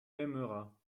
aimeras